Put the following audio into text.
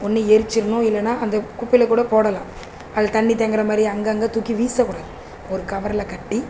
ஒன்று எரிச்சிடணும் இல்லைன்னா அந்த குப்பையில் கூட போடலாம் அதில் தண்ணி தேங்கிற மாதிரி அங்கேங்க தூக்கி வீச கூடாது ஒரு கவரில் கட்டி